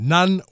None